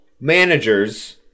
managers